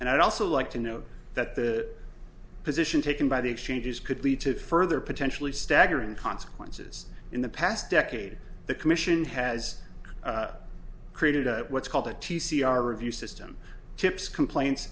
and i'd also like to note that the position taken by the exchanges could lead to further potentially staggering consequences in the past decade the commission has created a what's called the t c r review system tips complaints